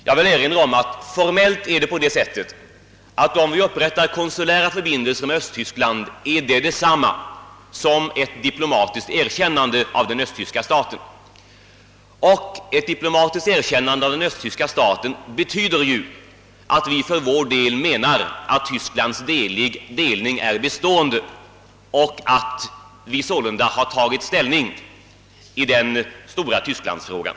Jag vill emellertid erinra om att formellt är det på det sättet, att om vi upprättar konsulära förbindelser med Östsyskland är detta detsamma som ett diplomatiskt erkännande av den östtyska staten. Och ett diplomatiskt erkännande av den östtyska staten betyder att vi för vår del menar att Tysklands del ning är bestående och att vi sålunda har tagit ställning i den stora tysklandsfrågan.